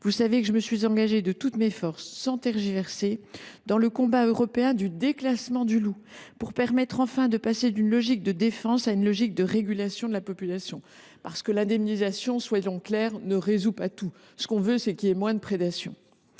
vous savez que je me suis engagée de toutes mes forces, sans tergiverser, dans le combat européen du déclassement du loup pour permettre enfin de passer d’une logique de défense à une logique de régulation de la population. Soyons clairs, monsieur le sénateur, l’indemnisation ne résout pas tout : nous souhaitons qu’il y ait moins de prédation.